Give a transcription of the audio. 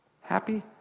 happy